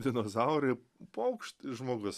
dinozaurai paukšt žmogus